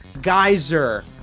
Geyser